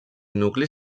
nucli